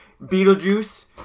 Beetlejuice